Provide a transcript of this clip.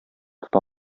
тота